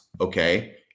okay